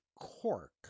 cork